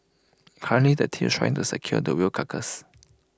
currently the team's trying to secure the whale carcass